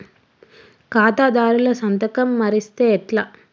ఖాతాదారుల సంతకం మరిస్తే ఎట్లా?